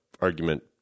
argument